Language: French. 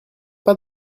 pas